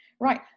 right